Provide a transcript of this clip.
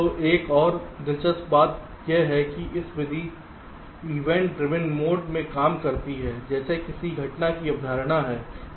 तो एक और दिलचस्प बात यह है कि यह विधि इवेंट ड्रिवइन मोड में काम करती है जैसे किसी घटना की अवधारणा है